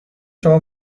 شما